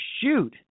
shoot